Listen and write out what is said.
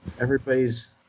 everybody's